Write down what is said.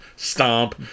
Stomp